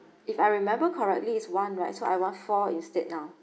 if I remember correctly is one right so I want four instead now